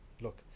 look